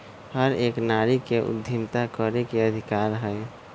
हर एक नारी के उद्यमिता करे के अधिकार हई